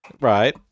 Right